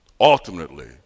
ultimately